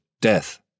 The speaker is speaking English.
death